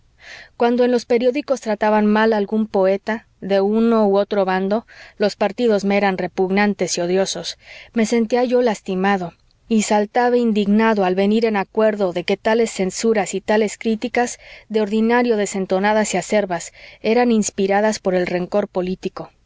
cuando en los periódicos trataban mal a algún poeta de uno u otro bando los partidos me eran repugnantes y odiosos me sentía yo lastimado y saltaba indignado al venir en acuerdo de que tales censuras y tales críticas de ordinario desentonadas y acerbas eran inspiradas por el rencor político